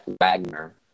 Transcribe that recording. Wagner